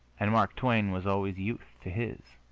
and mark twain was always youth to his.